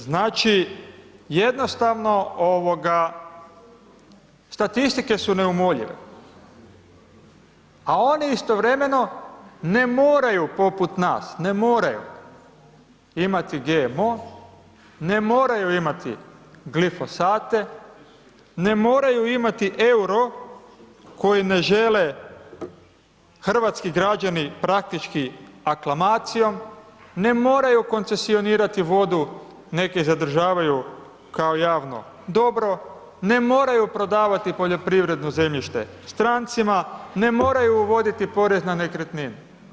Znači, jednostavno ovoga statistike su neumoljive, a oni istovremeno ne moraju poput nas, ne moraju imati GMO, ne moraju imati glifosate, ne moraju imati EUR-o koji ne žele hrvatski građani praktički aklamacijom, ne moraju koncesionirati vodu nek je zadržavaju kao javno dobro, ne moraju prodavati poljoprivredno zemljište strancima, ne moraju uvoditi porez na nekretnine.